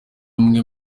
umwe